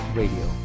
radio